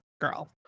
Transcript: girl